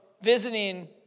visiting